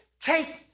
take